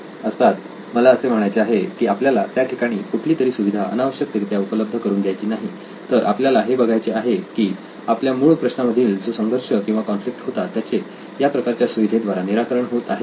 असतात मला असे म्हणायचे आहे की आपल्याला त्या ठिकाणी कुठली तरी सुविधा अनावश्यकरित्या उपलब्ध करून द्यायची नाही तर आपल्याला हे बघायचे आहे की आपल्या मूळ प्रश्ना मधील जो संघर्ष किंवा कॉन्फ्लिक्ट होता त्याचे या प्रकारच्या सुविधेद्वारा निराकरण होत आहे की नाही